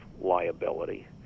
liability